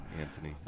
Anthony